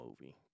movie